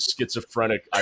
schizophrenic